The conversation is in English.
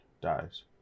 dies